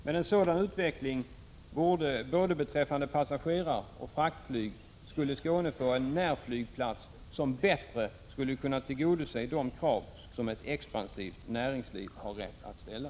Med en sådan utveckling, både beträffande passageraroch fraktflyg skulle Skåne få en närflygplats som bättre tillgodoser de krav som ett expansivt näringsliv har rätt att ställa.